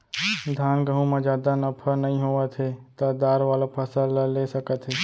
धान, गहूँ म जादा नफा नइ होवत हे त दार वाला फसल ल ले सकत हे